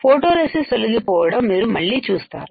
photoresist తొలగిపోవడం మీరు మళ్లీ చూస్తారు